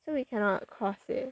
so we cannot cross it